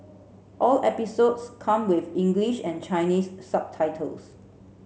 all episodes come with English and Chinese subtitles